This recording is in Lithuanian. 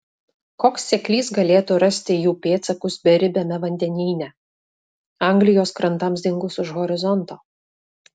koks seklys galėtų rasti jų pėdsakus beribiame vandenyne anglijos krantams dingus už horizonto